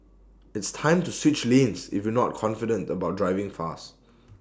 it's time to switch lanes if you're not confident about driving fast